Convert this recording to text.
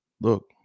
look